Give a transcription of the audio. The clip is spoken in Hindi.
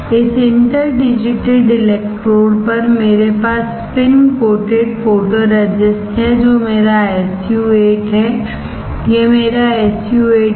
इस इंटर डिजिटेड इलेक्ट्रोड पर मेरे पास स्पिन कोटेड फोटरेसिस्ट है जो मेरा SU 8 है यह मेरा SU 8 है